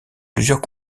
plusieurs